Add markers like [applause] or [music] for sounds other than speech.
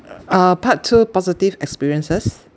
[noise] uh part two positive experiences